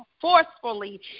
forcefully